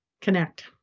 Connect